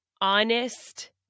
honest